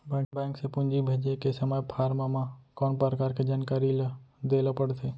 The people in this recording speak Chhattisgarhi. बैंक से पूंजी भेजे के समय फॉर्म म कौन परकार के जानकारी ल दे ला पड़थे?